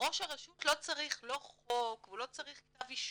ראש הרשות לא צריך לא חוק והוא לא צריך כתב אישום,